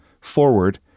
forward